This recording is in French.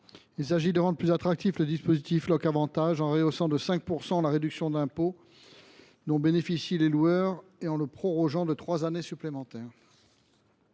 vise à rendre plus attractif le dispositif Loc’Avantages en rehaussant de 5 points la réduction d’impôt dont bénéficient les loueurs et en le prorogeant de trois années supplémentaires.